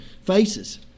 faces